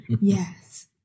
Yes